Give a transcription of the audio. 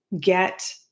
get